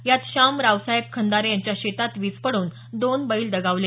यात श्याम रावसाहेब खंदारे यांच्या शेतात वीज पडून दोन बैल दगावले